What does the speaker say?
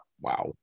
Wow